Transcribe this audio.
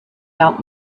out